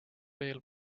veel